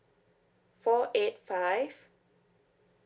four eight five